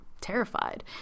terrified